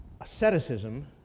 asceticism